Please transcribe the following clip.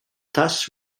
thus